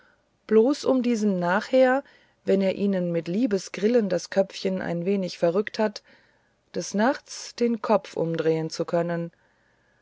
bloß um diesen nachher wenn er ihnen mit liebesgrillen das köpfchen ein wenig verrückt hat des nachts den kopf umdrehen zu können